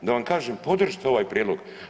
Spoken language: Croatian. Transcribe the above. Da vam kažem podržite ovaj prijedlog.